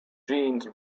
jeans